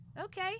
Okay